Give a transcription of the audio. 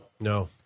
No